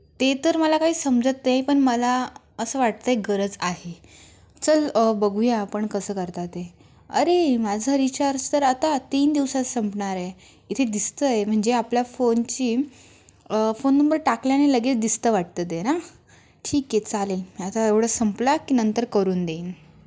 ते तर मला काही समजत नाही पण मला असं वाटतं आहे गरज आहे चल बघूया आपण कसं करता ते अरे माझं रिचार्ज तर आता तीन दिवसात संपणार आहे इथे दिसतं आहे म्हणजे आपल्या फोनची फोन नंबर टाकल्याने लगेच दिसतं वाटतं ते ना ठीक आहे चालेल मी आता एवढं संपला की नंतर करून देईन